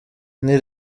nti